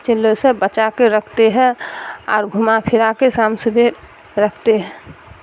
چیلوں سے بچا کے رکھتے ہیں اور گھما پھرا کے شام صبح رکھتے ہیں